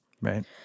Right